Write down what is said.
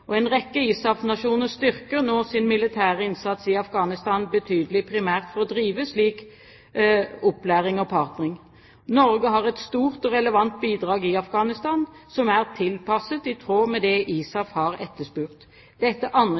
og en rekke ISAF-nasjoner styrker nå sin militære innsats i Afghanistan betydelig, primært for å drive slik opplæring og partnering. Norge har et stort og relevant bidrag i Afghanistan, som er tilpasset det ISAF har etterspurt. Dette